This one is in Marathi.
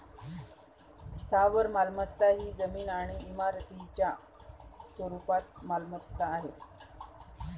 स्थावर मालमत्ता ही जमीन आणि इमारतींच्या स्वरूपात मालमत्ता आहे